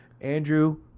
Andrew